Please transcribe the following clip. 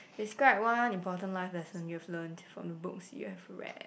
describe one important life lesson you have learnt from the books you have read